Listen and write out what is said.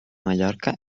mallorca